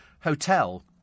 hotel